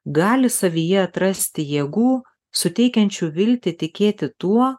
gali savyje atrasti jėgų suteikiančių viltį tikėti tuo